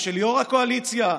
ושל יושב-ראש הקואליציה,